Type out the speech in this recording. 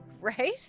right